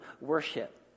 worship